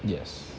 yes